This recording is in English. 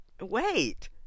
wait